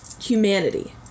humanity